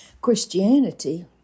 Christianity